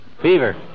Fever